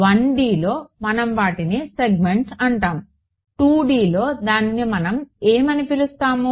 1 డిలో మనం వాటిని సెగ్మెంట్స్ అంటాము 2 డిలో దానిని మనం ఏమని పిలుస్తాము